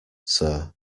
sir